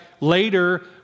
later